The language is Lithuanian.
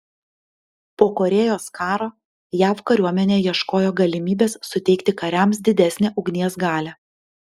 po korėjos karo jav kariuomenė ieškojo galimybės suteikti kariams didesnę ugnies galią